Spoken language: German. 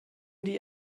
die